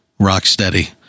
rocksteady